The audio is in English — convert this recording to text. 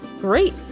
Great